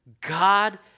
God